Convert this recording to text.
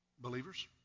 believers